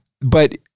but-